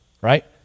right